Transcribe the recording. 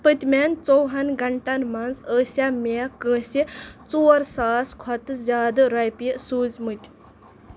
پٔتمٮ۪ن ژۄوُہن گنٛٹن مَنٛز ٲسیا مےٚ کٲنٛسہِ ژور ساس کھۄتہٕ زِیٛادٕ رۄپیہِ سوٗزمٕتۍ